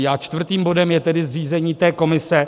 A čtvrtým bodem je tedy zřízení té komise.